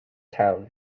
town